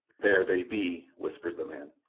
there they be, whispered the man.